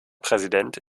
präsident